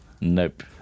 Nope